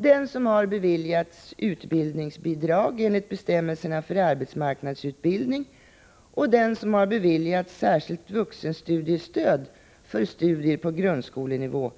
Den som har beviljats utbildningsbidrag enligt bestämmelserna för arbetsmarknadsutbildning och den som har beviljats särskilt vuxenstudiestöd för studier på grundskolenivå